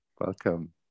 welcome